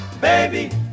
baby